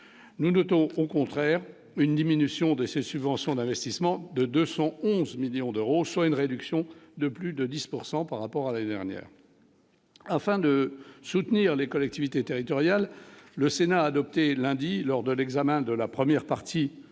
nous notons au contraire une diminution de ses subventions d'investissement de de son 11 millions d'euros, soit une réduction de plus de 10 pourcent par rapport à la dernière afin de soutenir les collectivités territoriales, le Sénat a adopté lundi lors de l'examen de la première partie du projet